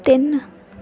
ਤਿੰਨ